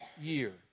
year